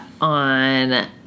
on